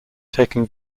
taking